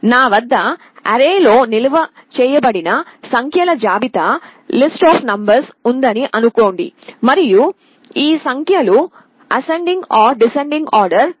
నా వద్ద శ్రేణిలో నిల్వ చేయబడిన సంఖ్యల జాబితాలిస్ట్ అఫ్ నంబర్స్ ఉందని అనుకోండి మరియు ఈ సంఖ్యలు ఆరోహణ లేదా అవరోహణ క్రమం లో ascending or descending order